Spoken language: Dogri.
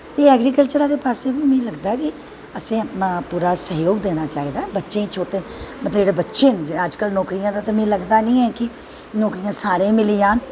ऐग्रीकल्चर आह्ले पास्से बी मिगी लगदा कि असैं अपनां पूरा सैह्योग देनां चाही दा बच्चें गी शोटें मतलव जेह्ड़े बच्चे न अज्ज कल नौकरियां ते मिगा लगदा नी ऐ नौकरियां सारें गी मिली जान